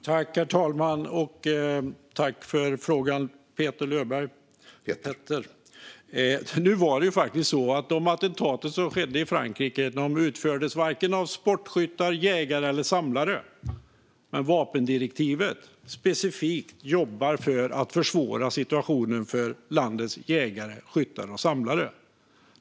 Herr talman! Tack för frågan, Petter Löberg! Nu var det faktiskt så att attentaten i Frankrike varken utfördes av jägare, av sportskyttar eller av samlare. Men vapendirektivet jobbar specifikt för att försvåra situationen för landets jägare, skyttar och samlare.